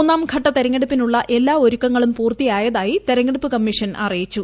മൂന്നാം ഘട്ട തെരഞ്ഞെടുപ്പിനുള്ള എല്ലാ ഒരുക്കങ്ങളും പൂർത്തിയായതായി തെരഞ്ഞെടുപ്പ് കമ്മീഷൻ അറിയിച്ചു